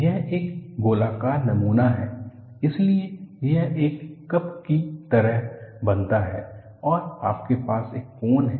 यह एक गोलाकार नमूना है इसलिए यह एक कप की तरह बनता है और आपके पास एक कोन है